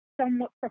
somewhat